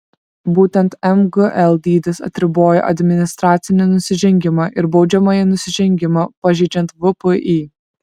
būtent mgl dydis atriboja administracinį nusižengimą ir baudžiamąjį nusižengimą pažeidžiant vpį